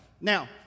Now